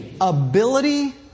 Ability